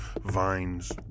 vines